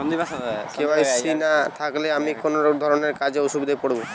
KYC না থাকলে আমি কোন কোন ধরনের কাজে অসুবিধায় পড়ব?